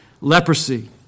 leprosy